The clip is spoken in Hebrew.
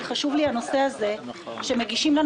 חשוב לי הנושא הזה כי כל פעם מגישים לנו